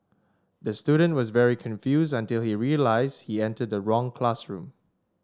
the student was very confused until he realised he entered the wrong classroom